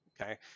Okay